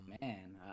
man